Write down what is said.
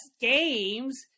Games